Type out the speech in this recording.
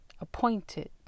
appointed